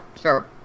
sure